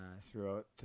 throughout